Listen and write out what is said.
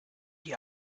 die